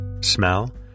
smell